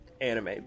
anime